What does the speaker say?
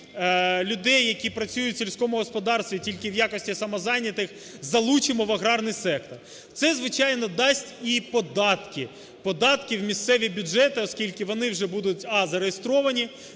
людей, які працюють в сільському господарстві, тільки в якості самозайнятих, залучимо в аграрний сектор. Це, звичайно, дасть і податки. Податки в місцеві бюджети. Оскільки вони вже будуть а) зареєстровані;